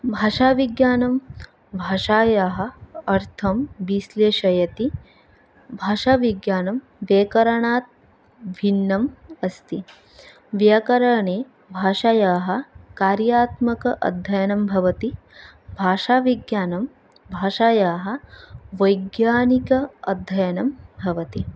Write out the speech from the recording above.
भाषाविज्ञानं भाषायाः अर्थं विश्लेषयति भाषाविज्ञानं व्याकरणात् भिन्नम् अस्ति व्याकरणे भाषायाः कार्यात्मक अध्ययनं भवति भाषाविज्ञानं भाषायाः वैज्ञानिक अध्ययनं भवति